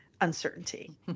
Uncertainty